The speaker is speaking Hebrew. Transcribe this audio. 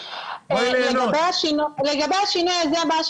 לגבי השינוי הזה,